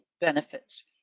benefits